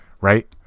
Right